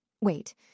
Wait